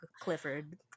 clifford